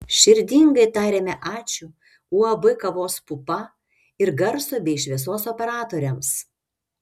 širdingai tariame ačiū uab kavos pupa ir garso bei šviesos operatoriams